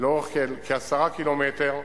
לאורך כ-10 קילומטרים,